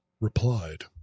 replied